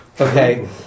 Okay